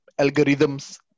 algorithms